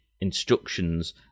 instructions